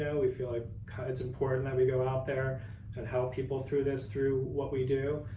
yeah we feel like kind of it's important that we go out there and help people through this, through what we do.